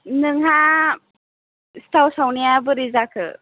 नोंहा सिथाव सावनाया बोरै जाखो